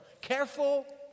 Careful